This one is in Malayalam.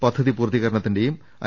പദ്ധതി പൂർത്തീകരണത്തിന്റെയും ഐ